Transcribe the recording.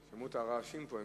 שמעו את הרעשים פה.